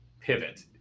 pivot